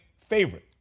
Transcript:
favorite